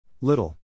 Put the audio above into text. Little